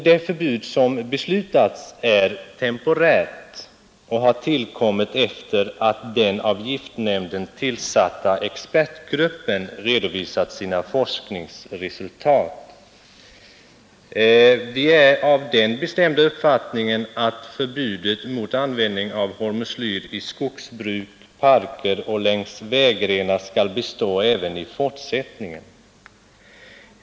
Det förbud som beslutats är temporärt och har tillkommit efter att den av giftnämnden tillsatta expertgruppen redovisat sina forskningsresultat. Vi är av den bestämda uppfattningen att förbudet mot användning av hormoslyr i skogsbruk, parker och längs vägrenar skall bestå även i fortsättningen.